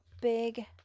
big